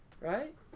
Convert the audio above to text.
right